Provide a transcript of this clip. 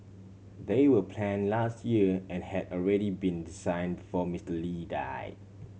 they will plan last year and had already been design before Mister Lee died